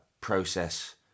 process